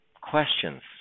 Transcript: Questions